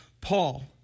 Paul